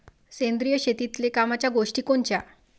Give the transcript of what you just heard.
सेंद्रिय शेतीतले कामाच्या गोष्टी कोनच्या?